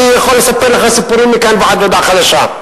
אני יכול לספר לך סיפורים מכאן ועד הודעה חדשה,